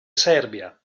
serbia